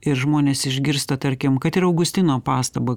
ir žmonės išgirsta tarkim kad ir augustino pastabą